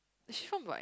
sure my